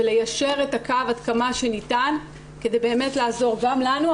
וליישר את הקו עד כמה שניתן כדי לעזור גם לנו,